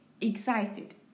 excited